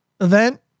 event